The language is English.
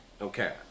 Okay